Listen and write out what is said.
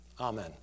Amen